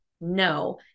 No